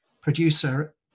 producer